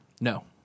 No